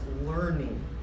learning